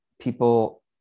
people